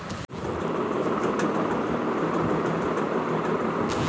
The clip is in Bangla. কার্গো মানে হচ্ছে জাহাজ বা উড়োজাহাজ যা কোম্পানিরা মাল সামগ্রী আনে